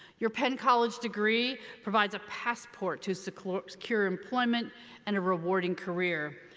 your penn college degree provides a passport to secure secure employment and a rewarding career.